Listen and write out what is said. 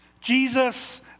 Jesus